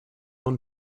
own